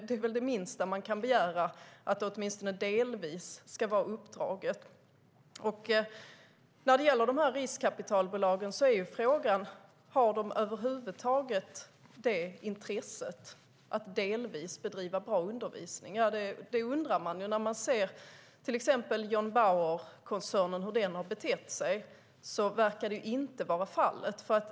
Det är det minsta man kan begära att detta delvis ska vara uppdraget. Frågan är om riskkapitalbolagen över huvud taget har intresset att delvis bedriva bra undervisning. Det undrar man när man ser till exempel hur John Bauer-koncernen har betett sig. Det verkar inte vara fallet.